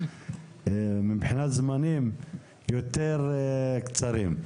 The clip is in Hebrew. מבחינת זמנים, יותר קצרים.